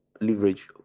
leverage